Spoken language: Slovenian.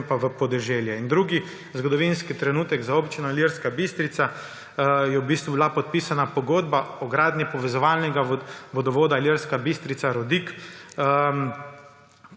pa v podeželje. In drugi zgodovinski trenutek za Občino Ilirska Bistrica, je, da je bila podpisana pogodba o gradnji povezovalnega vodovoda Ilirska Bistrica–Rodik.